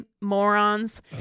Morons